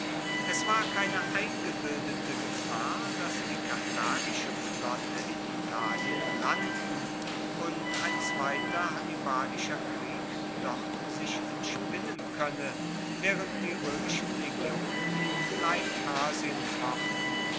es war keine eingebildete gefahr dass die karthagische flotte in italien landen und ein zweiter hannibalischer krieg dort sich entspinnen koenne waehrend die roemischen legionen in kleinasien fochten